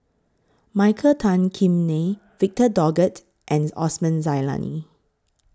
Michael Tan Kim Nei Victor Doggett and Osman Zailani